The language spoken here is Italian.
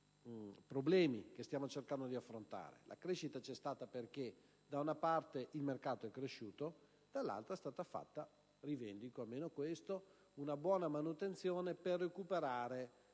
problemi che stiamo cercando di affrontare. La crescita c'è stata perché, da una parte, il mercato è cresciuto; dall'altra è stata fatta - rivendico almeno questo - una buona manutenzione per recuperare